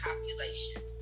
population